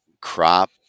crop